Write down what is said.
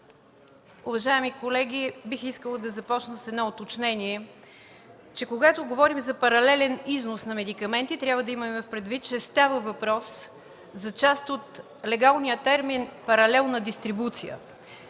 Уважаеми колеги, бих искала да започна с едно уточнение, че когато говорим за паралелен износ на медикаменти, трябва да имаме предвид, че става въпрос за част от легалния термин „паралелна дистрибуция”.